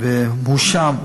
והוא מואשם,